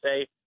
say